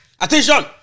attention